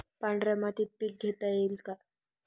पांढऱ्या मातीत पीक घेता येईल का?